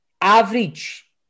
average